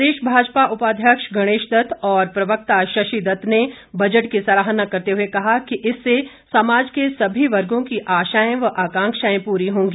प्रदेश भाजपा उपाध्यक्ष गणेशदत्त और प्रवक्ता शशिदत्त ने बजट की सराहना करते हुए कहा कि इससे समाज के सभी वर्गों की आशाएं व आकांक्षाएं पूरी होंगी